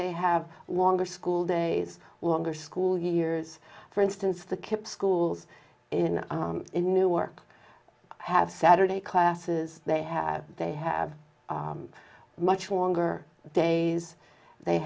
they have longer school days longer school years for instance the kipp schools in newark have saturday classes they have they have a much longer days they